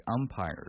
umpires